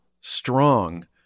strong